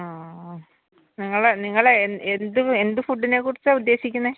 മ്മ് മ്മ് നിങ്ങൾ നിങ്ങൾ എന്ത് ഫുഡിനെക്കുറിച്ചാണ് ഉദ്ദേശിക്കുന്നത്